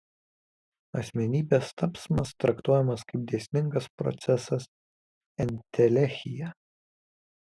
asmenybės tapsmas traktuojamas kaip dėsningas procesas entelechija